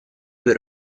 per